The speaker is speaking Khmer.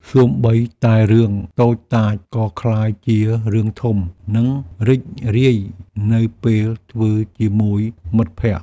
សូម្បីតែរឿងតូចតាច ក៏ក្លាយជារឿងធំ និងរីករាយនៅពេលធ្វើជាមួយមិត្តភក្តិ។